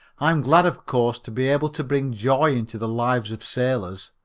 i am glad of course to be able to bring joy into the lives of sailors,